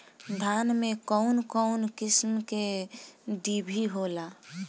धान में कउन कउन किस्म के डिभी होला?